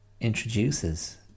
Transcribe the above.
introduces